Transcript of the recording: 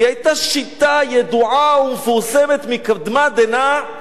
זו היתה שיטה ידועה ומפורסמת מקדמת דנא,